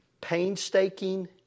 Painstaking